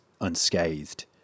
unscathed